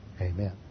Amen